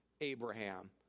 Abraham